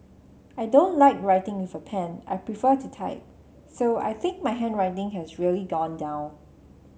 I don't like writing with a pen I prefer to type so I think my handwriting has really gone down